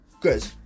good